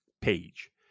page